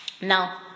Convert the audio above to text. Now